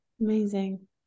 amazing